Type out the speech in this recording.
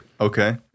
Okay